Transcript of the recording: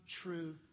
true